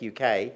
UK